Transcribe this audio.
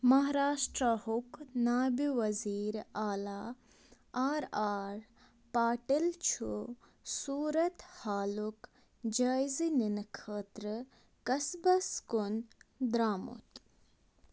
مہاراشٹرٛاہُک نایبہِ ؤزیٖرِ اعلیٰ آر آر پاٹِل چھُ صوٗرت حالُک جٲیزٕ نِنہِ خٲطرٕ قصبس کُن درٛامُت